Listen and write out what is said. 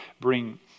bring